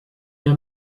der